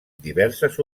diverses